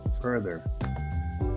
further